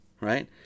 right